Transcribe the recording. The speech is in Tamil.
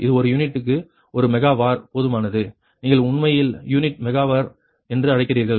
அது ஒரு யூனிட் டுக்கு ஒரு மெகா வார் போதுமானது நீங்கள் உண்மையில் யூனிட் மெகா வர் என்று அழைக்கிறீர்கள்